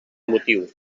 motiu